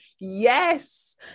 yes